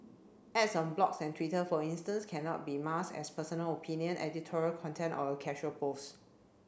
ads on blogs and Twitter for instance cannot be masked as personal opinion editorial content or a casual post